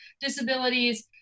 disabilities